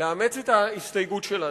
לאמץ את ההסתייגות שלנו,